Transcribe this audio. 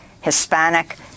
hispanic